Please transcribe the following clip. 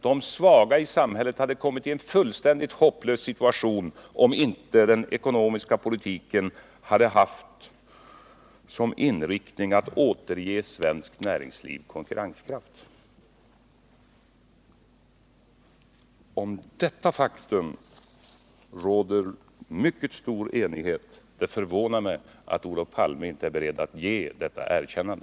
De svaga i samhället skulle däremot ha hamnat i en fullständigt hopplös situation, om inte den ekonomiska politiken hade haft som inriktning att återge svenskt näringsliv konkurrenskraft. Om detta faktum råder mycket stor enighet. Det förvånar mig att Olof Palme inte är beredd att ge detta erkännande.